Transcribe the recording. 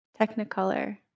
technicolor